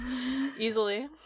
Easily